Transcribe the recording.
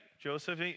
Joseph